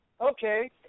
Okay